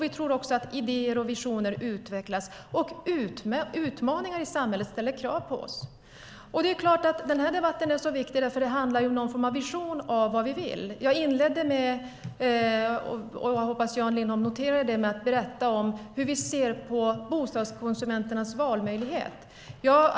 Vi tror också att idéer och visioner utvecklas, och utmaningar i samhället ställer krav på oss. Det är klart att den här debatten är viktig. Det handlar nämligen om någon form av vision av vad vi vill. Jag inledde med att berätta om - jag hoppas att Jan Lindholm noterade det - hur vi ser på bostadskonsumenternas valmöjlighet.